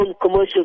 commercial